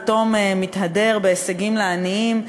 פתאום מתהדר בהישגים לעניים,